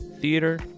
theater